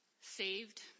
saved